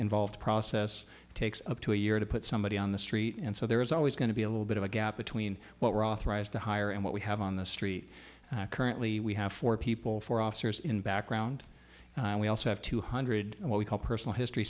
involved process takes up to a year to put somebody on the street and so there is always going to be a little bit of a gap between what we're authorized to hire and what we have on the street currently we have four people four officers in background and we also have two hundred what we call personal history